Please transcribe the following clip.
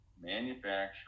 manufacturing